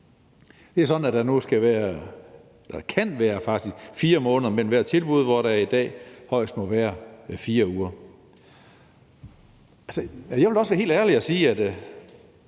Det er sådan, at der nu kan være 4 måneder mellem hvert tilbud, hvor der i dag højst må være 4 uger. Jeg vil også være helt ærlig og sige, at